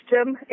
system